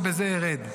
ובזה ארד,